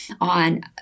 on